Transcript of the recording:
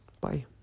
Bye